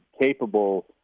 capable –